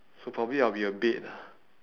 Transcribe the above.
so probably I'll be a bed lah